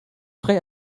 frei